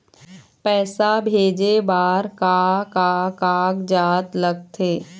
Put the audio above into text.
पैसा भेजे बार का का कागजात लगथे?